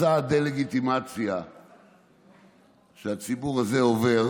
מסע הדה-לגיטימציה שהציבור הזה עובר